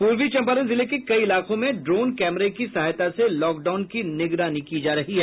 पूर्वी चंपारण जिले के कई इलाकों में ड्रोन कैमरे की सहायता से लॉकडाउन की निगरानी की जा रही है